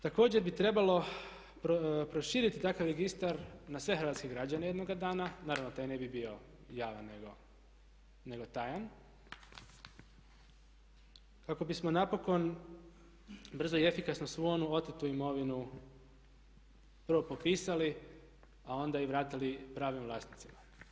Također bi trebalo proširiti takav registar na sve hrvatske građane jednoga dana, naravno taj ne bi bio javan nego tajan kako bismo napokon brzo i efikasno svu onu otetu imovinu prvo popisali a onda i vratili pravim vlasnicima.